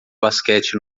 basquete